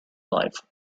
life